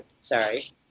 Sorry